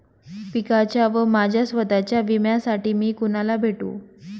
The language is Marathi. पिकाच्या व माझ्या स्वत:च्या विम्यासाठी मी कुणाला भेटू?